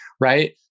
Right